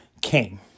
came